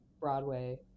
broadway